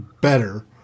better